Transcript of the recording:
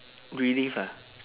relive ah